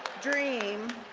dream.